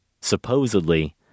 supposedly